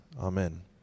Amen